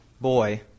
boy